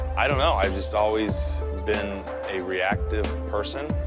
i don't know. i've just always been a reactive person.